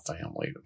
family